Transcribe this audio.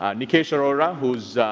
ah nikesh arora, who is